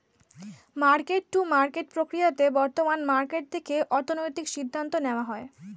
market to market প্রক্রিয়াতে বর্তমান market দেখে অর্থনৈতিক সিদ্ধান্ত নেওয়া হয়